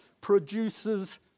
produces